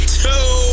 two